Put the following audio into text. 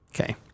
Okay